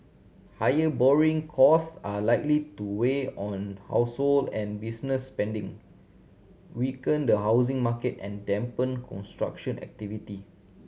higher borrowing cost are likely to weigh on household and business spending weaken the housing market and dampen construction activity